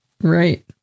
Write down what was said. Right